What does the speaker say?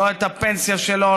לא את הפנסיה שלו,